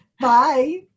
Bye